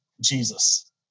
Jesus